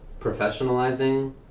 professionalizing